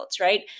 right